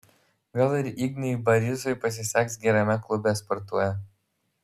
gal ir ignui barysui pasiseks gerame klube sportuoja